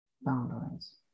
boundaries